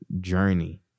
journey